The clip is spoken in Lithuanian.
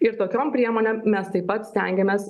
ir tokiom priemonėm mes taip pat stengiamės